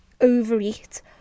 overeat